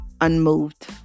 unmoved